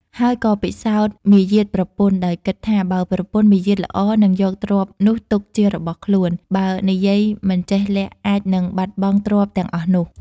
ហើយក៏ពិសោធន៏មាយាទប្រពន្ធ ដោយគិតថា “បើប្រពន្ធមាយាទល្អនឹងយកទ្រព្យនោះទុកជារបស់ខ្លួន បើនិយាយមិនចេះលាក់អាចនិងបាត់បង់ទ្រព្យទាំងអស់នោះ។